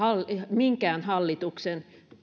minkään hallituksen